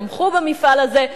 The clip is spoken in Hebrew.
תמכו במפעל הזה,